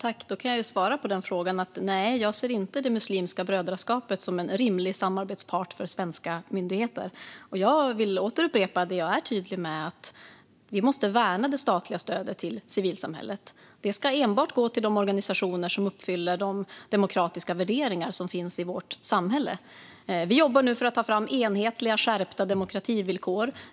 Fru talman! Jag kan svara på den frågan. Nej, jag ser inte Muslimska brödraskapet som en rimlig samarbetspart för svenska myndigheter. Jag vill återupprepa det jag är tydlig med. Vi måste värna det statliga stödet till civilsamhället. Det ska enbart gå till de organisationer som uppfyller de demokratiska värderingar som finns i vårt samhälle. Vi jobbar nu för att ta fram enhetliga skärpta demokrativillkor.